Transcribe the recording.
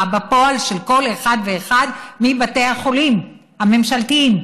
בפועל של כל אחד ואחד מבתי החולים הממשלתיים,